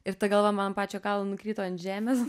ir ta galva man ant pačio galo nukrito ant žemės